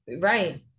Right